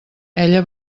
ella